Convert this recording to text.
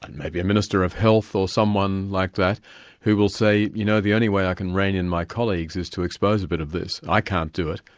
and maybe a minister of health or someone like that who will say, you know, the only way i can rein in my colleagues is to expose a bit of this. i can't do it,